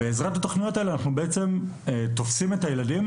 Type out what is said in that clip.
בעזרת התכניות האלה אנחנו תופסים את הילדים,